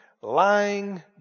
lying